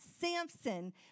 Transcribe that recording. Samson